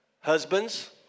Husbands